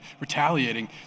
retaliating